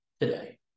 today